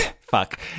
fuck